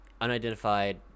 unidentified